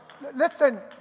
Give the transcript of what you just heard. Listen